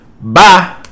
Bye